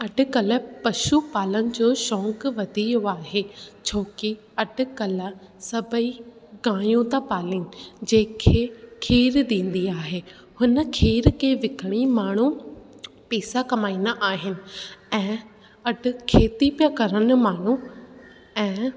अटिकल पशू पालण जो शौक़ु वधी वियो आहे छो की अटिकल सभई गायूं था पालिनि जे खे खीरु ॾींदी आहे हुन खीर खे विकिणी माण्हू पैसा कमाईंदा आहिनि ऐं अॼु खेती पिया करनि माण्हू ऐं